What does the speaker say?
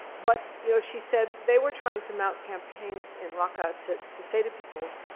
but you know she said they were trying to mount campaigns in raqqa to to say to people,